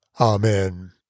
Amen